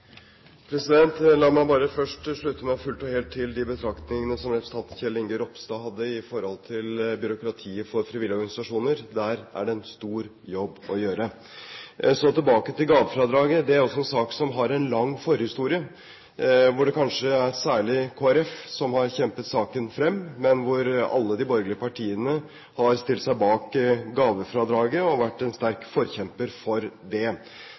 Kjell Inge Ropstad hadde om byråkrati for frivillige organisasjoner. Der er det en stor jobb å gjøre. Så tilbake til gavefradraget. Det er en sak som har en lang forhistorie. Det er kanskje særlig Kristelig Folkeparti som har kjempet saken frem, men alle de borgerlige partiene har stilt seg bak og vært en sterk forkjemper for dette. Samtidig vet vi at venstresiden ikke har vært spesielt begeistret for dette gavefradraget, for å si det